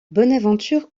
bonaventure